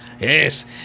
Yes